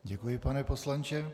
Děkuji, pane poslanče.